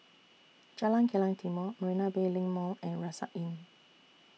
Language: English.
Jalan Kilang Timor Marina Bay LINK Mall and Rucksack Inn